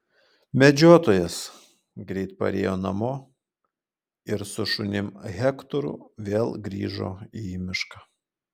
medžiotojas greit parėjo namo ir su šunim hektoru vėl grįžo į mišką